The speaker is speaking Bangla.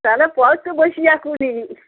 তাহলে পড়তে বসি এখনই